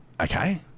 okay